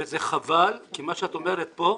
וזה חבל, כי מה שאת אומרת פה,